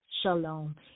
Shalom